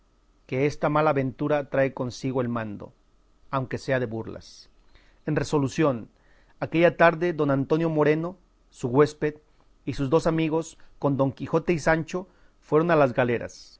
que esta mala ventura trae consigo el mando aunque sea de burlas en resolución aquella tarde don antonio moreno su huésped y sus dos amigos con don quijote y sancho fueron a las galeras